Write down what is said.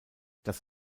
das